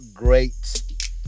Great